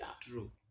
True